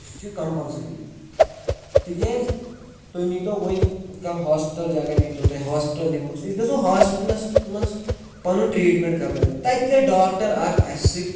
سُہ چھِ کَمپَلسری تِکیٛازِ تُہۍ نیٖتو وۄنۍ کانٛہہ ہاسپِٹَل جگہ نیٖتو تُہۍ ہاسپِٹَل نِمو أسۍ أسۍ گَژھو ہاسپِٹلَس منٛز پَنُن ٹرٛیٖٹمینٹ کَرناونہِ تَتہِ کَرِ ڈاکٹر اکھ اَسہِ سۭتۍ